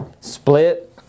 split